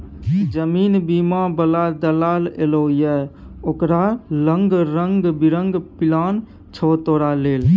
जीवन बीमा बला दलाल एलौ ये ओकरा लंग रंग बिरंग पिलान छौ तोरा लेल